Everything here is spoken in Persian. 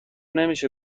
نمیشه